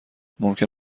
ممکن